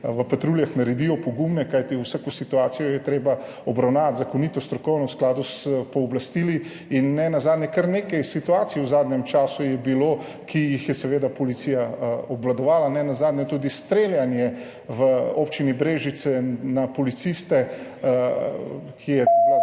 v patruljah naredijo pogumne, kajti vsako situacijo je treba obravnavati zakonito, strokovno, v skladu s pooblastili. In nenazadnje je bilo v zadnjem času kar nekaj situacij, ki jih je seveda policija obvladovala, nenazadnje tudi streljanje v občini Brežice na policiste. Dolgotrajna